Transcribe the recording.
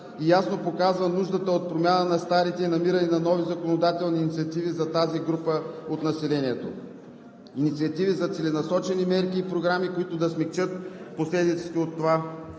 и ясно показва нуждата от промяна на старите и намирането на нови законодателни инициативи за тази група от населението – инициативи за целенасочени мерки и програми, които да смекчат последиците от това